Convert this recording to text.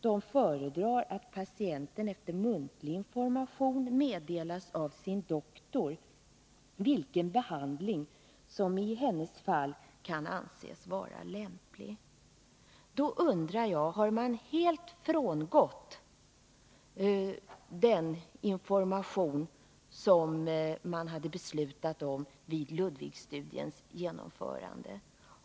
De föredrar ”att patienten efter muntlig information meddelas av sin doktor vilken behandling som i hennes fall kan anses vara lämplig”. Jag undrar om man helt har gått ifrån metoden att lämna den information som man hade beslutat om vid Ludwigstudiens genomförande.